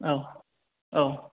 औ औ